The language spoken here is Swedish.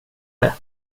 det